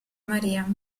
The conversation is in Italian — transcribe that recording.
maria